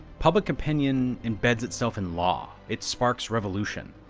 public opinion embeds itself in law, it sparks revolution.